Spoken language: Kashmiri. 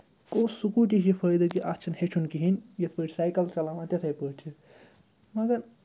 گوٚو سٕکوٗٹی چھِ یہِ فٲیدٕ کہِ اَتھ چھِنہٕ ہیٚچھُن کِہیٖنۍ یِتھ پٲٹھۍ سایکَل چھِ چَلاوان تِتھَے پٲٹھۍ چھِ مگر